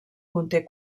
conté